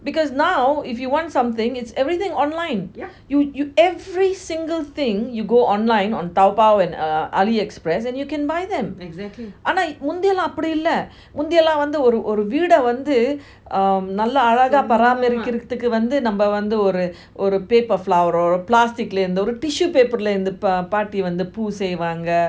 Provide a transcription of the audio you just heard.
because now if you want something is everything online you you every single thing you go online on taobao and uh ali express then you can buy them அனா முந்தி எல்லா அப்பிடி இல்ல முந்தி எல்லாம் ஒரு வீட வந்து நல்ல அழகா பராமரிக்கிறதுக்கு வந்து நம்ம வந்து ஒரு:ana munthi ella apidi illa munthi ellam oru veeda vanthu nalla azhaga paramarikirathuku vanthu namma vanthu oru paper flower plastic லந்து ஒரு:lanthu oru tissue paper லந்து பாட்டி பூ செய்வாங்க:lanthu paati poo seivanga